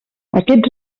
aquests